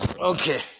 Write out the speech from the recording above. okay